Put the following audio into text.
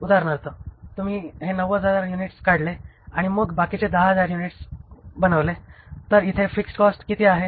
उदाहरणार्थ तुम्ही हे 90000 युनिट्स काढले आणि मग बाकीचे 10000 युनिट्स बनवले तर इथे फिक्स्ड कॉस्ट किती आहे